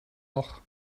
noch